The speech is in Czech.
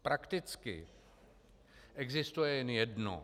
Prakticky existuje jen jedno.